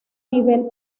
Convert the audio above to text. nivel